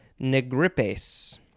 Negripes